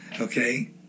okay